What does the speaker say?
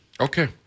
Okay